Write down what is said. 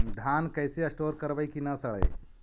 धान कैसे स्टोर करवई कि न सड़ै?